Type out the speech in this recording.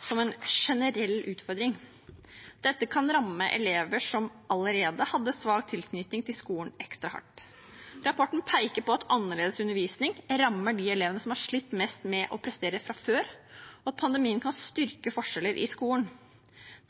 som en generell utfordring. Dette kan ramme elever som allerede hadde svak tilknytning til skolen, ekstra hardt. Rapporten peker på at annerledes undervisning rammer de elevene som har slitt mest med å prestere fra før, og at pandemien kan styrke forskjeller i skolen.